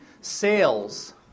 sales